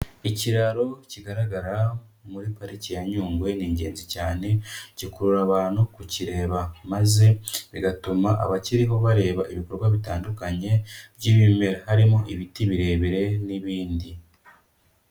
Ikiraro kigaragara muri pariki ya Nyungwe ni ingenzi cyane, gikurura abantu kukireba, maze bigatuma abakiriho bareba ibikorwa bitandukanye by'ibimera harimo ibiti birebire n'ibindi.